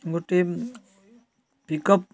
ଗୋଟିଏ ପିକ୍ଅପ୍